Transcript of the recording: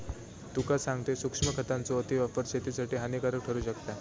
तुका सांगतंय, सूक्ष्म खतांचो अतिवापर शेतीसाठी हानिकारक ठरू शकता